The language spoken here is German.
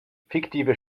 fiktive